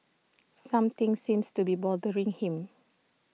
something seems to be bothering him